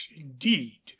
indeed